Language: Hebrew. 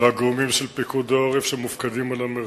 והגורמים של פיקוד העורף שמופקדים על המרחב.